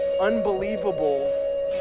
unbelievable